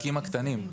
הקטנים.